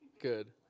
good